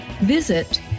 Visit